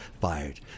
fired